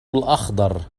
الأخضر